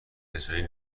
اجرایی